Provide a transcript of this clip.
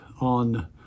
on